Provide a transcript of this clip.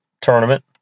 tournament